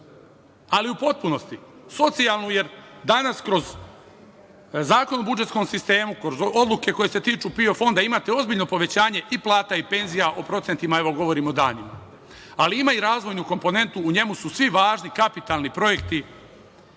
ali u potpunosti socijalnu jer danas kroz Zakon o budžetskom sistemu, kroz odluke koje se tiču PIO fonda imate ozbiljno povećanje i plata i penzija, o procentima govorimo danima, ali ima i razvojnu komponentu – u njemu su svi važni kapitalni projekti